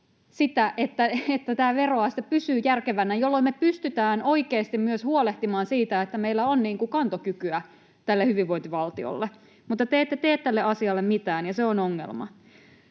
että veroaste pysyy järkevänä, jolloin me pystymme oikeasti myös huolehtimaan siitä, että meillä on kantokykyä tälle hyvinvointivaltiolle. Mutta te ette tee tälle asialle mitään, ja se on ongelma.